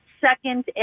Second